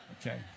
okay